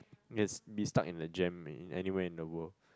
yes be stuck in the jam may anywhere in the world